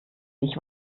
sich